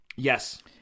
Yes